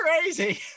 crazy